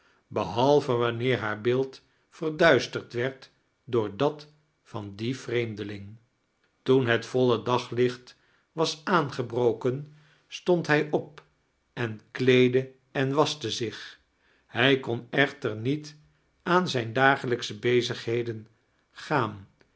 behalve wanneer haar beeld verduisterd werd door dat van dien vreemdeling toen het voile daglicht was aangebroken stond hij op en kleedde en waschte zich hij kon echter niet aan zijne dagelijksche bezigheden gaan